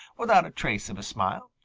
without a trace of a smile.